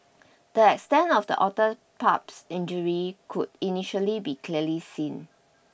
the extent of the otter pup's injury could initially be clearly seen